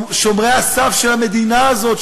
שומרי הסף של המדינה הזאת,